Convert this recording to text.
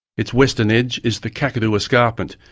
its western edge is the kakadu escarpment,